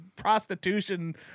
Prostitution